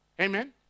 Amen